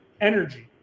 energy